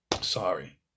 Sorry